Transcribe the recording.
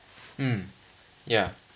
mm yeah